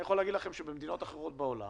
אני יכול להגיד לכם שבמדינות אחרות בעולם